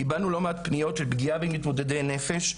קיבלנו לא מעט פניות על פגיעה במתמודדי נפש,